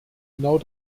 genau